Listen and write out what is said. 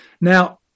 now